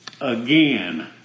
again